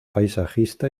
paisajista